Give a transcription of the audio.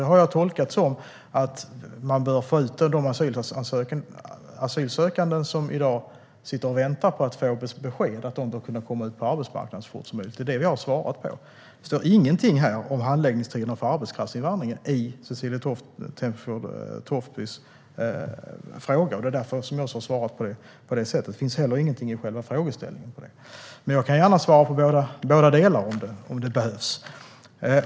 Det har jag tolkat som att man bör få ut de asylsökande som i dag sitter och väntar på att få besked på arbetsmarknaden så fort som möjligt. Det är det jag har svarat på. Det står ingenting i Cecilie Tenfjord-Toftbys interpellation om handläggningstiderna för arbetskraftsinvandring. Det är därför jag har svarat på det sätt jag har gjort. Det finns inte heller någonting i själva frågeställningen om detta. Jag kan dock gärna svara på båda delarna om det behövs.